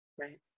Right